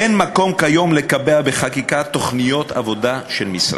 אין מקום כיום לקבע בחקיקה תוכניות עבודה של המשרד,